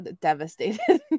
devastated